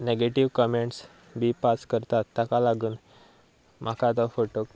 negative comments बी pass करतात ताका लागून म्हाका तो फोटोक